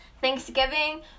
Thanksgiving